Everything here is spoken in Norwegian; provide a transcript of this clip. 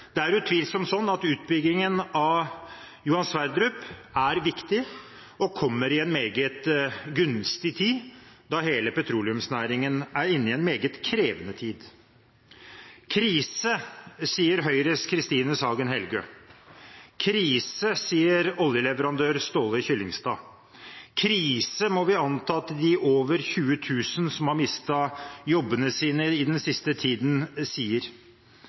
Det er utvilsomt sånn at utbyggingen av Johan Sverdrup er viktig og kommer i en meget gunstig tid, da hele petroleumsnæringen er inne i en meget krevende tid. «Krise», sier Høyres Christine Sagen Helgø. «Krise», sier oljeleverandør Ståle Kyllingstad. «Krise» må vi anta at de over 20 000 som har mistet jobbene sine i den siste tiden, sier.